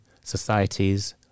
societies